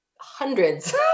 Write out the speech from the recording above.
hundreds